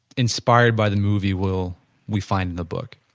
inspired by the movie will we find in the book?